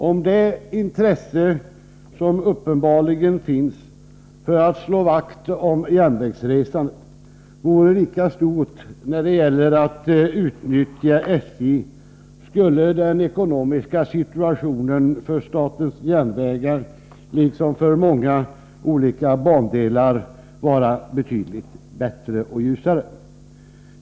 Om det intresse som uppenbarligen finns för att slå vakt om järnvägsresande vore lika stort när det gäller att utnyttja SJ, skulle den ekonomiska situationen för statens järnvägar, liksom för många olika bandelar, vara betydligt bättre och ljusare.